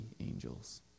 angels